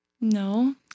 no